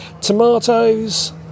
Tomatoes